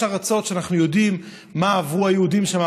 יש ארצות שאנחנו יודעים מה עברו היהודים שם,